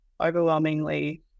overwhelmingly